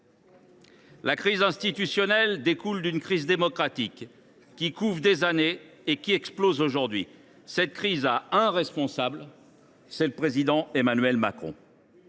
La crise institutionnelle découle d’une crise démocratique qui couve depuis des années et qui explose aujourd’hui. Cette crise a un responsable : le président Emmanuel Macron.